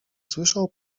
słyszał